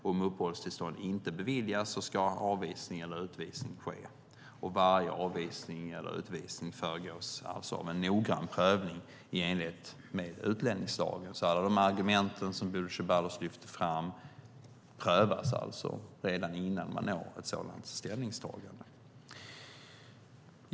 Om uppehållstillstånd inte beviljas ska avvisning eller utvisning ske. Varje avvisning eller utvisning föregås alltså av en noggrann prövning i enlighet med utlänningslagen. Alla de argument som Bodil Ceballos lyfter fram prövas alltså redan innan man når ett sådant ställningstagande.